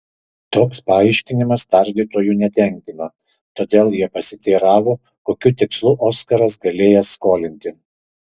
toks paaiškinimas tardytojų netenkino todėl jie pasiteiravo kokiu tikslu oskaras galėjęs skolinti